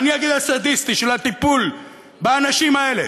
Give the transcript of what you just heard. אני אגיד, הסדיסטי, של הטיפול באנשים האלה,